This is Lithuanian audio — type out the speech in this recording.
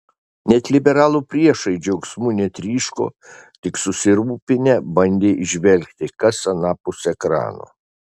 net liberalų priešai džiaugsmu netryško tik susirūpinę bandė įžvelgti kas anapus ekrano